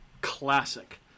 classic